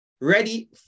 ready